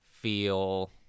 feel